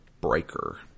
Breaker